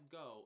go